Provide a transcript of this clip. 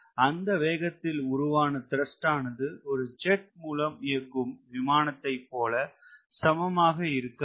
அந்த வேகத்தில் உருவான த்ரஸ்ட் ஆனது ஒரு ஜெட் மூலம் இயங்கும் விமானதைப்போல சமமாக இருக்காது